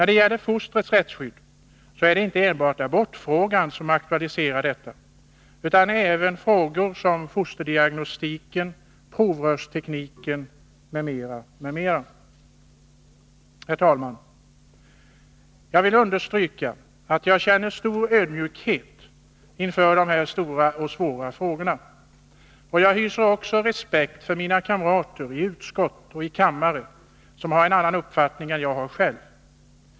Det är inte enbart abortfrågan som aktualiserar fostrets rättsskydd utan även frågor som fosterdiagnostiken, provrörstekniken m.m. Herr talman! Jag vill understryka att jag känner stor ödmjukhet inför dessa svåra frågor, och jag hyser också respekt för mina kamrater i utskott och kammare som har en annan uppfattning än jag själv.